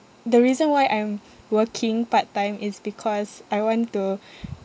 the reason why I'm working part-time is because I want to